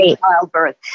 childbirth